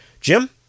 Jim